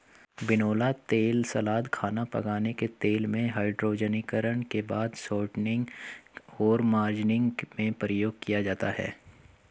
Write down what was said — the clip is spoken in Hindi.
बिनौला तेल सलाद, खाना पकाने के तेल में, हाइड्रोजनीकरण के बाद शॉर्टनिंग और मार्जरीन में प्रयोग किया जाता है